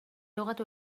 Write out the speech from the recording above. لغة